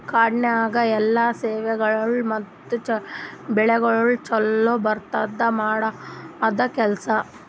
ಕಾಡನ್ಯಾಗ ಎಲ್ಲಾ ಸೇವೆಗೊಳ್ ಮತ್ತ ಬೆಳಿಗೊಳ್ ಛಲೋ ಬರದ್ಕ ಮಾಡದ್ ಕೆಲಸ